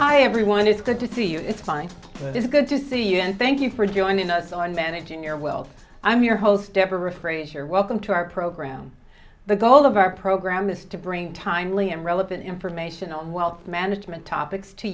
hi everyone it's good to see you it's fine it is good to see you and thank you for joining us on managing your world i'm your host ever afraid your welcome to our program the goal of our program is to bring timely and relevant information on wealth management topics to